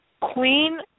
Queen